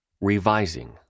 Revising